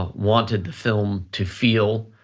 ah wanted the film to feel,